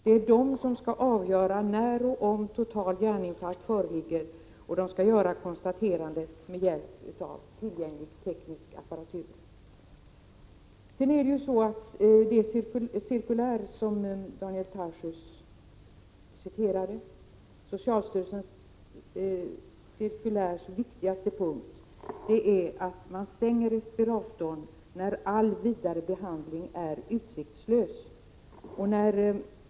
Det är de som skall avgöra när och om total hjärninfarkt föreligger, och de skall göra konstaterandet med hjälp av tillgänglig teknisk apparatur. Sedan till socialstyrelsens cirkulär som Daniel Tarschys citerade. Cirkulärets viktigaste punkt gäller att man stänger respiratorn när all vidare behandling är utsiktslös.